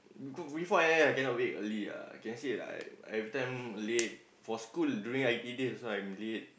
go before N_S I cannot wake early ah I can see right every time late for school during I_T_E days also I'm late